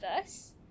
verse